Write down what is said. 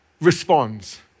responds